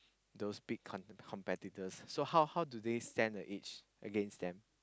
those big com~ competitors so how how do they stand a edge against them